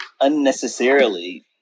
unnecessarily